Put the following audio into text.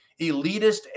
elitist